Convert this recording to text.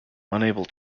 unable